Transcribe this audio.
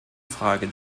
frage